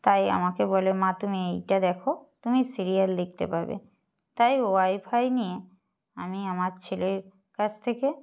তাই আমাকে বলে মা তুমি এইটা দেখো তুমি সিরিয়াল দেখতে পাবে তাই ওয়াইফাই নিয়ে আমি আমার ছেলের কাছ থেকে